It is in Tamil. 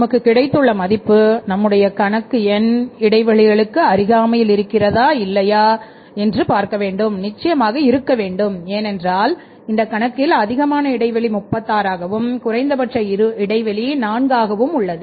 நமக்கு கிடைத்துள்ள மதிப்பு நம்முடைய கணக்கு எண் இடைவெளிகளுக்கு அருகாமையில் இருக்கிறதா இல்லையா நிச்சயமாக இருக்க வேண்டும் ஏனென்றால் இந்த கணக்கில் அதிகமான இடைவெளி 36 ஆகும் குறைந்தபட்ச இடைவெளி 4 உள்ளது